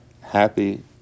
happy